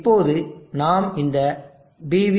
இப்போது நாம் இந்த pv